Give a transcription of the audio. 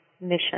mission